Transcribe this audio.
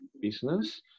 business